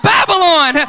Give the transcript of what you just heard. Babylon